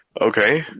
okay